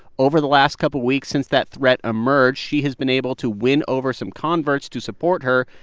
over the last couple weeks since that threat emerged, she has been able to win over some converts to support her.